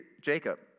Jacob